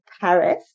Paris